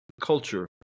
culture